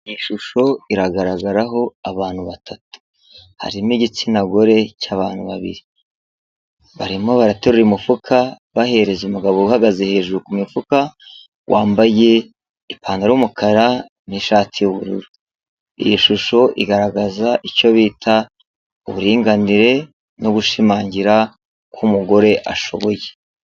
Ishusho iragaragaraho abantu batatu harimo igitsina gore cy'abantu babiri. Barimo baraterura umufuka bahereza umugabo uhagaze hejuru ku mufuka wambaye ipantaro y'umukara n'ishati y'ubururu. Iyi shusho igaragaza icyo bita uburinganire no gushimangira ko umugore ashoboye.